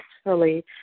successfully